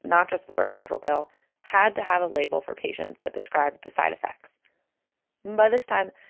not just the birth control pill had to have a label for patients that described the side effects by this time,